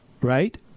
Right